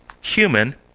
human